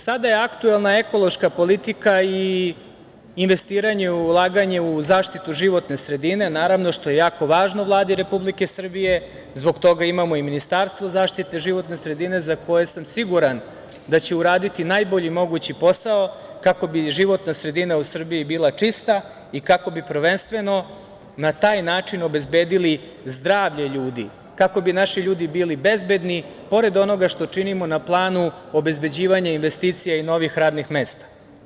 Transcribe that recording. Sada je aktuelna ekološka politika i investiranje i ulaganje u zaštitu životne sredine, naravno, što je jako važno Vladi Republike Srbije i zbog toga imamo Ministarstvo zaštite životne sredine koje će uraditi najbolji mogući posao, kako bi životna sredina u Srbiji bila čista i kako bi prvenstveno na taj način obezbedili zdravlje ljudi, kako bi naši ljudi bili bezbedni, pored onoga što činimo na planu obezbeđivanja investicija i novih radnih mesta.